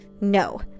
No